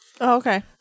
okay